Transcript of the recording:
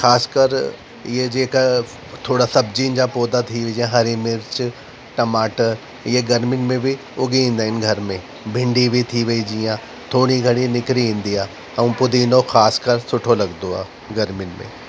ख़ासि करे हीअ जेका थोरा सब्जियुनि जा पौधा थी विया जीअं हरी मिर्च टमाटर हीअ गर्मियुनि में बि उगी ईंदा आहिनि घर में भिंडी बि थी वयी जीअं थोरी घणी निकिरी ईंदी आहे ऐं पुदीनो ख़ासिकरे सुठो लगंदो आहे गर्मियुनि में